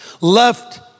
Left